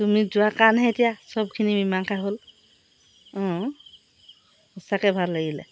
তুমি যোৱা কাৰণহে এতিয়া চবখিনি মীমাংসা হ'ল অঁ সঁচাকৈ ভাল লাগিলে